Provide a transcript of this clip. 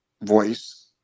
voice